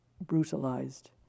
brutalized